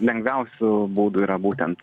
lengviausių būdų yra būtent